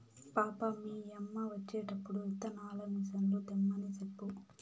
పాపా, మీ యమ్మ వచ్చేటప్పుడు విత్తనాల మిసన్లు తెమ్మని సెప్పు